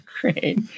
great